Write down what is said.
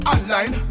Online